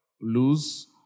lose